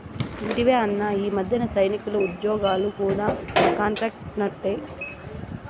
ఇంటివా అన్నా, ఈ మధ్యన సైనికుల ఉజ్జోగాలు కూడా కాంట్రాక్టేనట